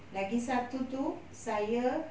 lagi satu itu saya